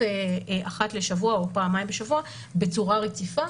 אחת לשבוע או פעמיים בשבוע בצורה רציפה,